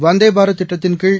வந்தேபாரத் திட்டத்தின்கீழ்